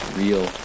real